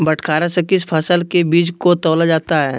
बटखरा से किस फसल के बीज को तौला जाता है?